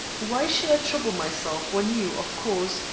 why should i trouble myself when you, of course,